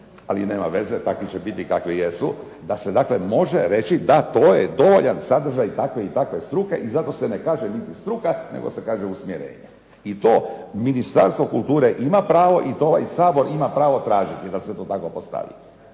ali nema veze, takvi će biti kakvi jesu, da se dakle može reći da to je to, jedan sadržaj takve i takve struke i zato se ne kaže niti struka, nego se kaže usmjerenje. I to Ministarstvo kulture ima pravo i to ovaj Sabor ima pravo tražiti da se to tako postavi